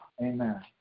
Amen